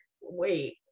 wait